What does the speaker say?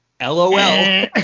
LOL